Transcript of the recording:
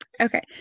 okay